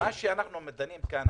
מה שאנחנו דנים כאן,